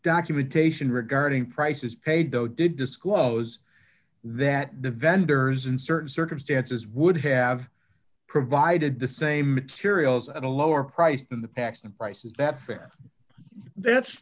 documentation regarding prices paid though did disclose that the vendors in certain circumstances would have provided the same materials at a lower price than the paxton price is that fair that's